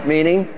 Meaning